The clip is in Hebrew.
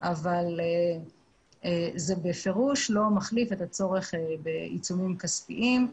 אבל זה בפירוש לא מחליף את הצורך בעיצומים כספיים,